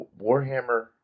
Warhammer